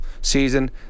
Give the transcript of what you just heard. season